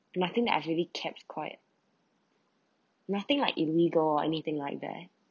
nothing that I really kept quiet nothing like illegal or anything like there